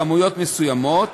בכמויות מסוימות,